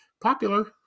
popular